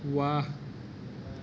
واہ